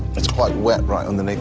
it's quite wet right on the